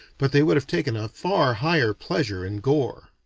but they would have taken a far higher pleasure in gore.